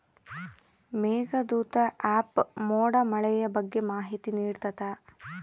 Meghdoot app ಮೋಡ ಮಳೆಯ ಬಗ್ಗೆ ಮಾಹಿತಿ ನಿಡ್ತಾತ